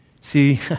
See